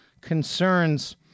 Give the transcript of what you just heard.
concerns